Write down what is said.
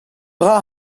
dra